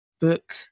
book